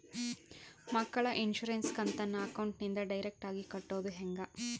ಮಕ್ಕಳ ಇನ್ಸುರೆನ್ಸ್ ಕಂತನ್ನ ಅಕೌಂಟಿಂದ ಡೈರೆಕ್ಟಾಗಿ ಕಟ್ಟೋದು ಹೆಂಗ?